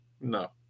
No